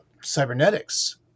cybernetics